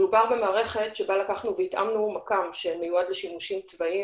מדובר במערכת שבה התאמנו מכ"ם שמיועד לשימושים צבאיים